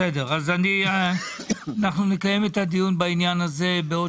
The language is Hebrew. בסדר, אנחנו נקיים את הדיון בעניין הזה בעוד